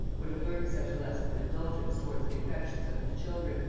would have learned such a lesson of indulgence towards the affections of his children,